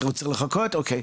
אתה רוצה לחכות, אוקיי.